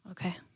Okay